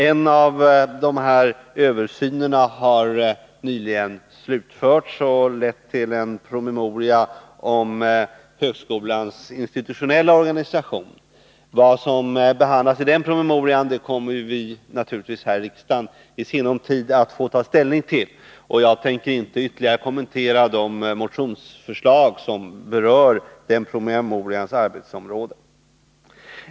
En av de här översynerna har nyligen slutförts och lett till en promemoria om högskolans institutionella organisation. Vad som behandlas i den promemorian kommer vi naturligtvis här i riksdagen i sinom tid att få ta ställning till, och jag tänker inte ytterligare kommentera de motionsförslag som berör den promemorians arbetsområden.